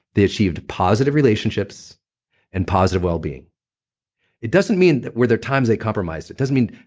they achieved positive relationships and positive wellbeing it doesn't mean were there times they compromised. it doesn't mean